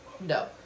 No